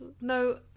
No